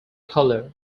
colour